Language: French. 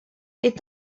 est